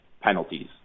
penalties